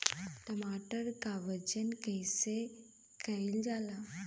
टमाटर क वजन कईसे कईल जाला?